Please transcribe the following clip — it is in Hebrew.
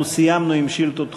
אנחנו סיימנו עם שאילתות דחופות.